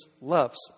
loves